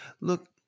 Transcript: look